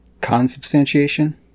consubstantiation